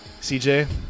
CJ